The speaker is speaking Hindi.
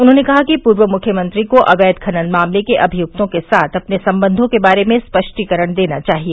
उन्होंने कहा कि पूर्व मुख्यमंत्री को अवैध खनन मामले के अभियुक्तों के साथ अपने संबंधों के बारे में स्पष्टीकरण देना चाहिए